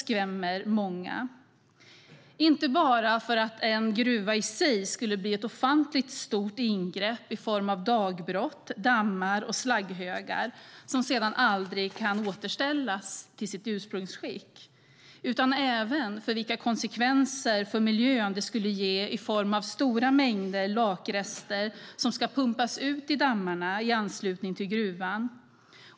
Det handlar inte bara om att en gruva skulle innebära oerhörda ingrepp i naturen i form av dagbrott, dammar och slagghögar, något som aldrig kan återställas i ursprungligt skick, utan också om de konsekvenser för miljön som det skulle innebära i form av stora mängder lakrester som ska pumpas ut i dammarna i anslutning till gruvan.